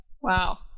wow